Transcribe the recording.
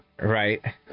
Right